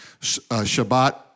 Shabbat